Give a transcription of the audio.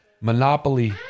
Monopoly